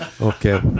Okay